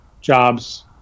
jobs